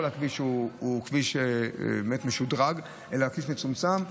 הכביש הוא באמת משודרג אלא הכביש מצומצם.